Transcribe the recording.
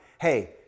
hey